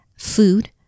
food